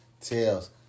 Tails